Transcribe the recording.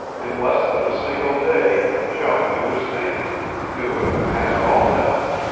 in less than a single day chum knew his name knew it past all doubt.